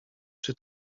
czy